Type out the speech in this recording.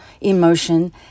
emotion